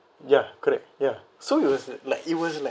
ya correct ya so it was like it was like